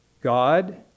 God